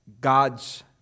God's